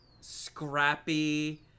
scrappy